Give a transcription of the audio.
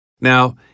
Now